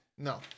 No